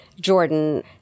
Jordan